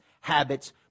habits